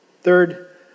Third